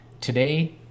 today